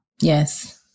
Yes